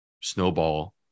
snowball